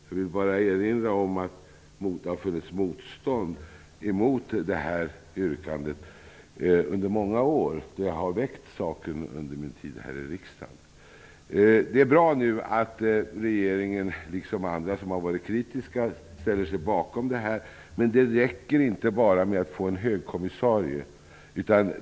Jag vill bara erinra om att det under de många som frågan har väckts har funnits motstånd här i riksdagen mot detta yrkande. Det är nu bra att regeringen -- liksom andra som har varit kritiska -- ställer sig bakom detta, men det räcker inte bara med att inrätta en högkommissarie.